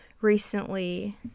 recently